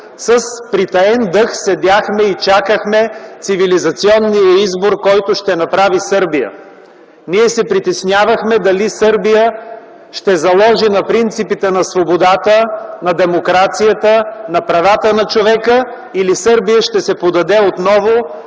с притаен дъх следяхме и чакахме цивилизационния избор, който ще направи Сърбия. Притеснявахме се дали Сърбия ще заложи на принципите на свободата, на демокрацията, на правата на човека, или ще се подаде отново